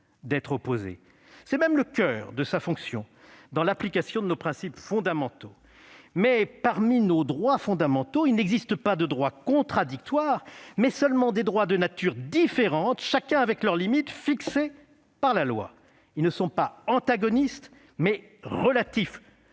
C'est même le coeur de sa fonction, dans l'application de nos principes fondamentaux. Cependant, parmi nos droits fondamentaux, il n'existe pas de droits contradictoires, mais seulement des droits de nature différente, chacun avec leur limite fixée par la loi. Ils sont non pas antagonistes, mais relatifs,